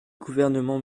gouvernement